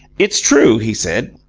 it's true, he said,